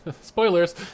Spoilers